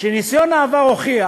שניסיון העבר הוכיח